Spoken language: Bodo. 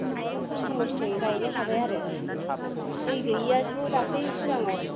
थेवबाबो खस्थ' मस्थ'यै गायनो हाबाय आरो ओमफाय दै गैयियाथ' दाख्लै सिगाङाव